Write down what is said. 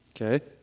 Okay